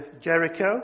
Jericho